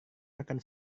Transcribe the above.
akan